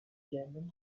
german